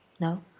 no